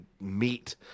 meet